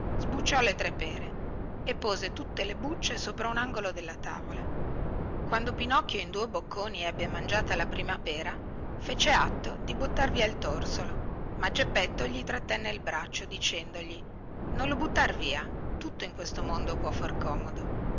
le tre pere e pose tutte le bucce sopra un angolo della tavola quando pinocchio in due bocconi ebbe mangiata la prima pera fece latto di buttar via il torsolo ma geppetto gli trattenne il braccio dicendogli non lo buttar via tutto in questo mondo può far comodo